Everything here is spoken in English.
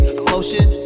emotion